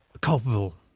culpable